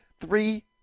Three